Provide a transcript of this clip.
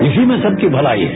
इसी में सबकी भलाई है